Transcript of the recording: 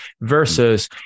Versus